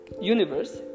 universe